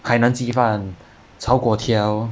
海南鸡饭炒粿条